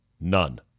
none